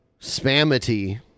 Spamity